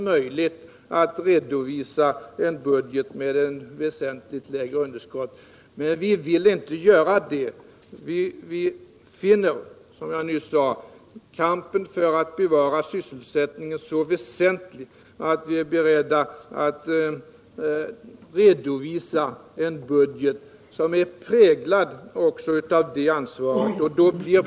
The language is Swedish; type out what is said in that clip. Men vi vill inte göra det. Vi finner kampen för att bevara sysselsättningen vara så väsentlig att vi är beredda att redovisa en budget som är präglad också av det ansvaret.